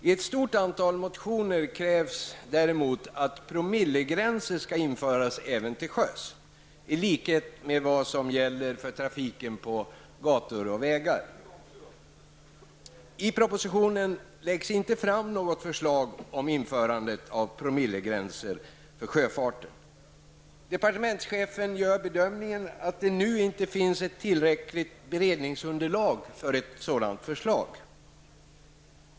I ett stort antal motioner krävs däremot att promillegränser skall införas även till sjöss i likhet med vad som gäller för trafiken på våra gator och vägar. I propositionen läggs inte fram något förslag om införande av promillegränser för sjöfarten. Departementschefen gör bedömningen att det inte nu finns ett tillräckligt beredningsunderlag för ett sådant förslag.